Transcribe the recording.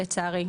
לצערי,